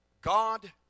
God